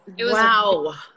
Wow